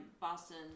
Boston